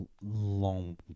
long